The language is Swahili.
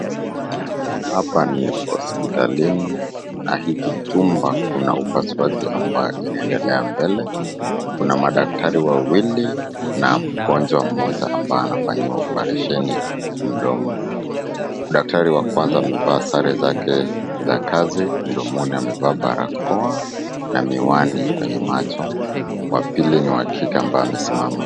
Hapa ni hospitalini na hiki chumba kuna upasuaji ambayo inaendelea mbele. Kuna madaktari wawili na mgonjwa mmoja ambaye anafanyiwa oparesheni mdomo. Daktari wa kwanza amevaa sare zake za kazi, mdomoni amevaa barakoa na miwani kwenye macho, wa pili ni wa kike ambaye amesimama.